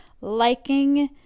liking